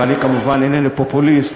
ואני כמובן אינני פופוליסט,